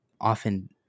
often